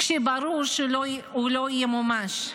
כשברור שהוא לא ימומש?